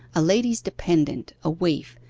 a lady's dependent, a waif,